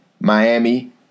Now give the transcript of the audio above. Miami